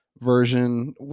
version